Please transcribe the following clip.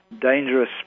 dangerous